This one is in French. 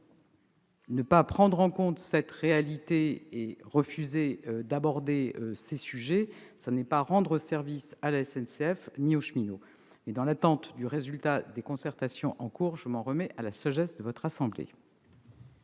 Ne pas prendre en compte cette réalité et refuser d'aborder ces sujets ne rend pas service à la SNCF ni aux cheminots. Cela étant dit, dans l'attente du résultat des concertations en cours, je m'en remets à la sagesse de la Haute Assemblée.